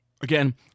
again